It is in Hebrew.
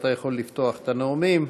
אתה יכול לפתוח את הנאומים,